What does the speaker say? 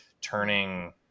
turning